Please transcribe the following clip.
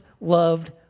loved